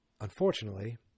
unfortunately